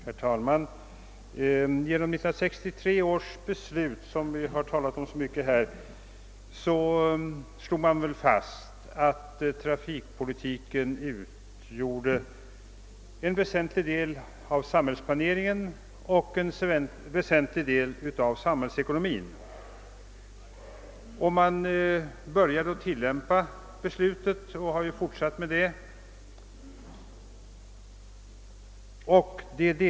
Herr talman! Genom 1963 års beslut, som vi talat om så mycket i dag, fastslogs att trafikpolitiken utgör en väsentlig del av samhällsplaneringen och samhällsekonomin. Denna trafikpolitik har trätt i tillämpning och man har fortsatt att arbeta på dess genomförande.